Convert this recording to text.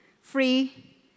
free